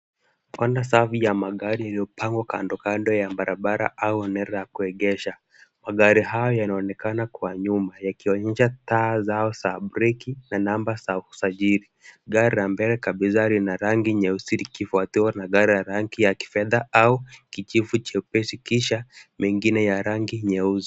Tunaona safu ya magari iliyopangwa kando kando ya barabara au eneo la kuegesha. Magari haya yanaonekana kwa nyuma yakionyesha taa zao za breki na namba za usajili. Gari la mbele kabisa lina rangi nyeusi likifuatiliwa na gari ya rangi ya kifedha au kijivu chepesi kisha mengine ya rangi nyeusi.